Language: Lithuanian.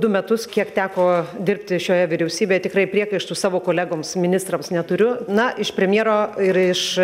du metus kiek teko dirbti šioje vyriausybėje tikrai priekaištų savo kolegoms ministrams neturiu na iš premjero ir iš